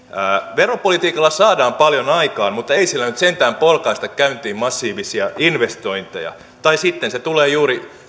veropolitiikalla saadaan paljon aikaan mutta ei sillä nyt sentään polkaista käyntiin massiivisia investointeja tai sitten se tulee juuri